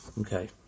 okay